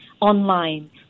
online